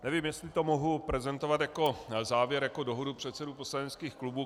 Nevím, jestli to mohu prezentovat jako závěr, jako dohodu předsedů poslaneckých klubů.